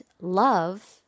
love